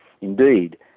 indeed